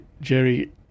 Jerry